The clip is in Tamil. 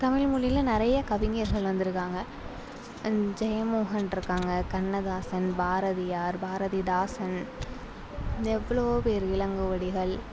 தமிழ்மொழியில் நிறைய கவிஞர்கள் வந்துருக்காங்க ஜெயமோகன் இருக்காங்க கண்ணதாசன் பாரதியார் பாரதிதாசன் எவ்வளவோ பேர் இளங்கோவடிகள்